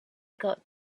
got